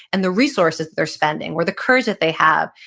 and the resources they're spending or the courage that they have,